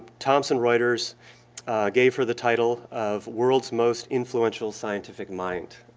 thomson reuters gave her the title of world's most influential scientific mind.